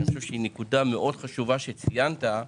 שאני חושב שהיא חשובה מאוד וציינת אותה,